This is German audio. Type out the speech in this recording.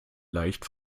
leicht